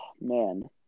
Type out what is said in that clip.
man